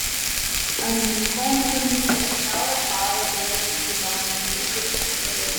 amerikono gamyklos kiaurą parą dirba kiauram maišui